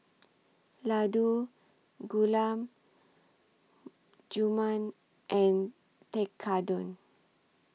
Ladoo Gulab Jamun and Tekkadon